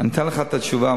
אני אתן לך את התשובה.